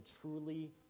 truly